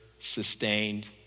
sustained